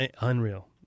Unreal